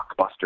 blockbuster